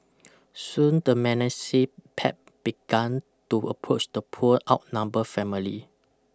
soon the menacing pack began to approach the poor outnumber family